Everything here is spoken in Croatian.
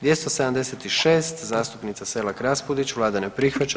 276. zastupnica Selak Raspudić, vlada ne prihvaća.